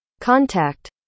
Contact